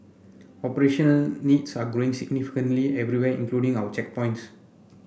operation needs are growing significantly everywhere including our checkpoints